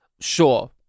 Sure